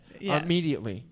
Immediately